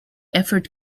effort